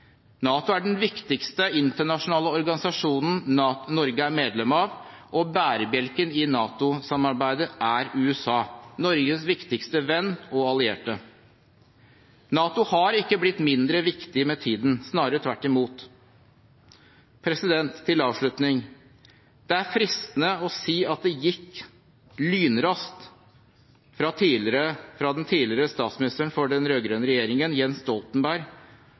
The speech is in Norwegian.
NATO er den viktigste internasjonale organisasjonen Norge er medlem av, og bærebjelken i NATO-samarbeidet er USA; Norges viktigste venn og allierte. NATO har ikke blitt mindre viktig med tiden, snarere tvert imot. Som avslutning: Det er fristende å si at det gikk lynraskt fra den tidligere statsministeren for den rød-grønne regjeringen, Jens Stoltenberg,